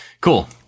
Cool